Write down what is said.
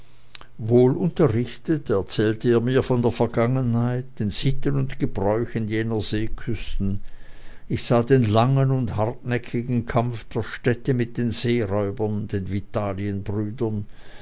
wohlunterrichtet erzählte er mir von der vergangenheit den sitten und gebräuchen jener seeküsten ich sah den langen und hartnäckigen kampf der städte mit den seeräubern den